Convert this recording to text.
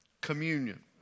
communion